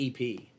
EP